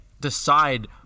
decide